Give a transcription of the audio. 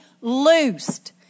loosed